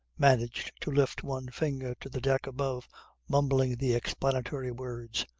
managed to lift one finger to the deck above mumbling the explanatory words,